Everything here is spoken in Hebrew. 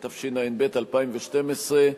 התשע"ב 2012,